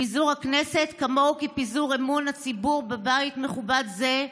פיזור הכנסת כמוהו כפיזור אמון הציבור בבית מכובד זה,